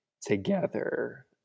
together